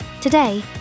Today